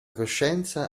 coscienza